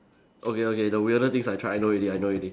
okay okay the weirdest thing I tried I know already I know already